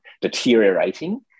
deteriorating